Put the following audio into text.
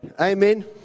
Amen